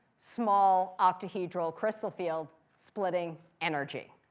small octahedral crystal field splitting energy.